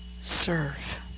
Serve